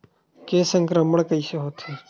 के संक्रमण कइसे होथे?